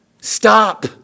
Stop